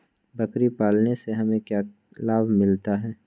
बकरी पालने से हमें क्या लाभ मिलता है?